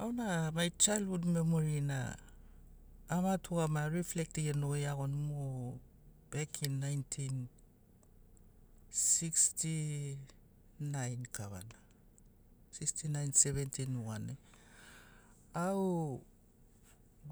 Auna mai chailhud memorina ama tugamagiani a riflekt genogoi iagoni mu bek in 1969 kavana 69 70 nuganai au